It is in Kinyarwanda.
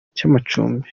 cy’amacumbi